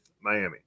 Miami